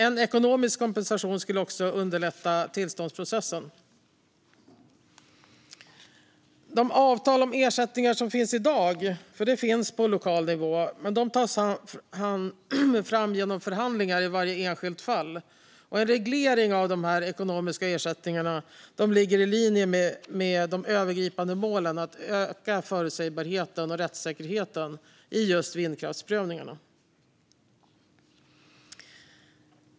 En ekonomisk kompensation skulle också underlätta tillståndsprocessen. De avtal om ersättningar som finns i dag på lokal nivå tas fram genom förhandlingar i varje enskilt fall. En reglering av de här ekonomiska ersättningarna ligger i linje med de övergripande målen att öka förutsägbarheten och rättssäkerheten i just vindkraftsprövningarna.